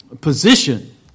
Position